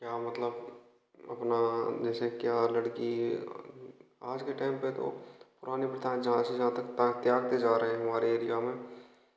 कि हाँ मतलब अपना जैसे क्या लड़की आज के टाइम पर तो पुरानी प्रथाएँ जहां से जहाँ तक त्यागते जा रहे हैं हमारे एरिया में